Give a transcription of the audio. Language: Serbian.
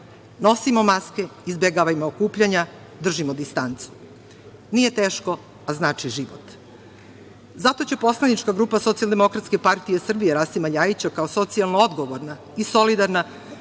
nosimo maske, izbegavajmo okupljanja, držimo distancu. Nije teško, a znači život. Zato će poslanička grupa Socijaldemokratske partije Srbije Rasima Ljajića, kao socijalno odgovorna i solidarna,